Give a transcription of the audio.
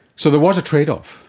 so there was a trade-off.